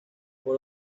por